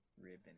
ribbon